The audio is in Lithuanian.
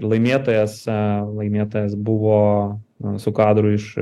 laimėtojas laimėtojas buvo mūsų kadro iš